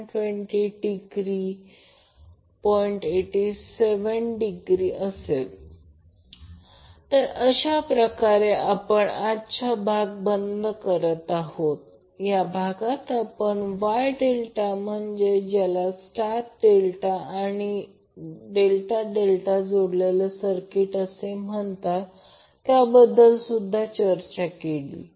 87°A तर अशाप्रकारे आपण आजचा भाग बंद करत आहोत या भागात आपण Y ∆ म्हणजेच ज्याला स्टार डेल्टा आणि ∆∆ जोडलेले सर्किट असे म्हणतात त्याबद्दलसुद्धा चर्चा केली